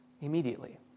immediately